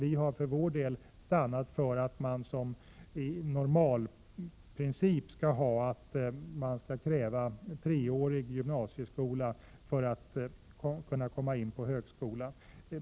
Vi har för vår del stannat för att det i princip skall krävas treårig gymnasieskola för att komma in på högskola.